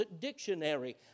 dictionary